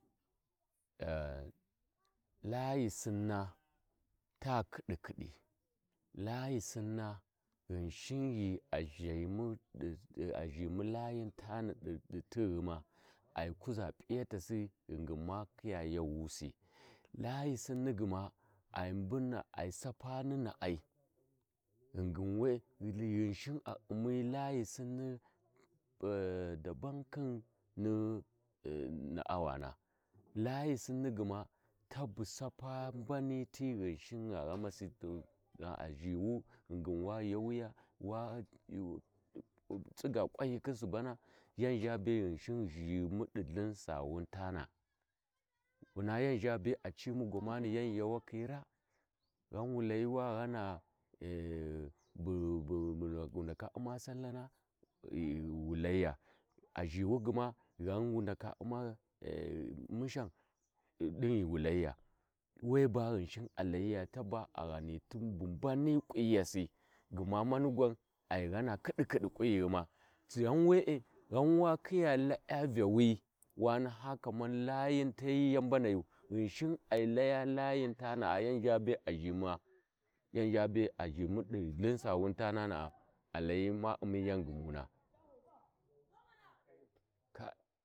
﻿Aa Layi Sinna ta kidikidi Layi Sinna Ghinshin zhi a zhin layin tani di tighuma ai kuʒa p’iyatası ghingin ma kiya gyawusi layi Sinni gma ai Sappa ni narai ghingin ghi ghi Ghinshin a a uni Layi Sinni dabban khin ni ni uu na’awana Layi sinna tabu sapa mbani ti ghinshin gha ghamasi din ghi a zhihu ghingin wa gyawuya wa uuuu tsiga kwauyi khiu subbana yan zhabe Ghinshin zhimu di lthin – Sawuu tana wuna yau zhabe a cinu yau gyawakhi ma g’han wu layi wa ghana bu bu bu bu ndaka uma Sallana ghi wu Layi a zhiwu gma uuu mushau din ghiwu layiya taba a ghani bu mbani ƙunyasi gma mani gwan ai ghana kidikidi ƙunyighuma ghan we'e gha wa khiya la’e vyawi wa naha kama Layite hi yau mbanagu Ghinsin ai Laya layin taua yan zhabe a zhimaya zhabe a zhimu di lthinsawun tana a Layi ma uni yan gumuna……ka.